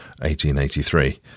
1883